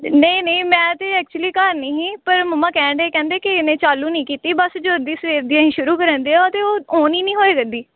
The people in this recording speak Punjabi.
ਨਹੀਂ ਨਹੀਂ ਮੈਂ ਤਾਂ ਐਕਚੁਲੀ ਘਰ ਨਹੀਂ ਸੀ ਪਰ ਮੰਮਾਂ ਕਹਿਣ ਡਏ ਕਹਿੰਦੇ ਕਿ ਇਹਨੇ ਚਾਲੂ ਨਹੀਂ ਕੀਤੀ ਬਸ ਜਦੋਂ ਦੀ ਸਵੇਰ ਦੀ ਅਸੀਂ ਸ਼ੁਰੂ ਕਰਨ ਡੇ ਉਹ ਤਾਂ ਉਹ ਔਨ ਹੀ ਨਹੀਂ ਹੋਏ ਕਰਦੀ